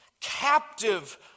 captive